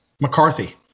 McCarthy